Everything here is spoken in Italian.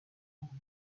amanti